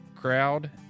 crowd